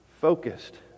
focused